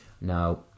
Now